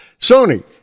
Sony